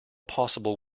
possible